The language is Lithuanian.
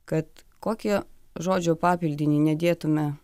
kad kokį žodžio papildinį nedėtume